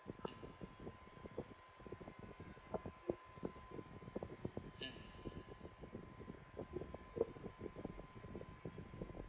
mm mm